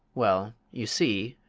well, you see,